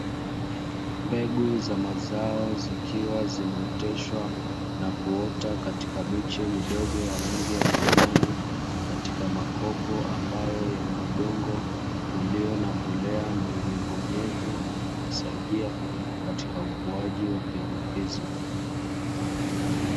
Mbegu za mazao zikiwa zimeoteshwa na kuota katika miche midogo ya rangi ya kijani, Katika makopo ambayo yana udongo Ulio na mbolea yenye unyevu unyevu unaosaidia katika ukuwaji wa mbegu hizo.